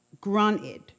Granted